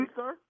sir